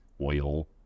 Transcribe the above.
oil